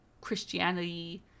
christianity